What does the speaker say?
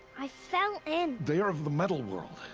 i fell in! they are of the metal world!